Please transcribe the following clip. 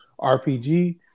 RPG